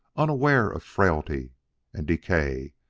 unaware of frailty and decay,